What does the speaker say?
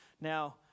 Now